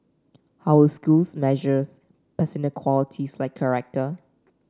how will schools measures personal qualities like character